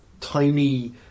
tiny